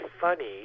funny